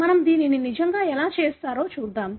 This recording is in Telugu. మనము దీన్ని నిజంగా ఎలా చేస్తారో చూద్దాం